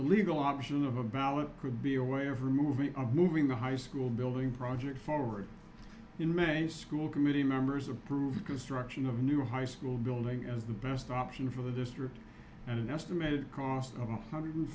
legal option of a ballot could be a way of removing a moving the high school building project forward in maine school committee members approved construction of a new high school building as the best option for the district and an estimated cost of one hundred